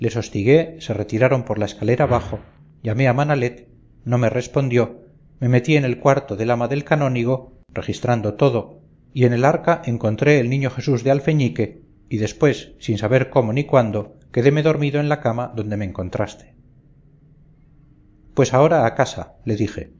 hostigué se retiraron por la escalera abajo llamé a manalet no me respondió me metí en el cuarto del ama del canónigo registrando todo y en el arca encontré el niño jesús de alfeñique y después sin saber cómo ni cuándo quedeme dormido en la cama donde me encontraste pues ahora a casa le dije